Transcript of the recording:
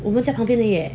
我们在旁边而已耶